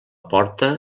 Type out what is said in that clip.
porta